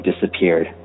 disappeared